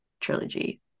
trilogy